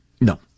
No